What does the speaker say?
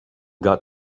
got